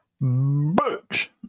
Butch